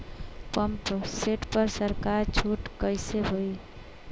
Pump set पर सरकार छूट कईसे होई?